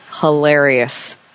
hilarious